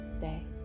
day